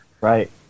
Right